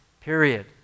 period